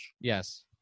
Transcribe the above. Yes